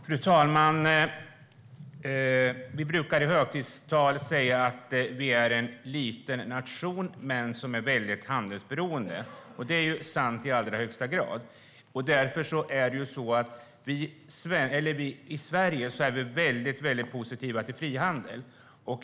Fru talman! Vi brukar i högtidstal säga att vi är en liten nation som är väldigt handelsberoende. Det är i allra högsta grad sant. I Sverige är vi mycket positiva till frihandel.